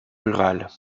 rurales